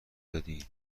دادی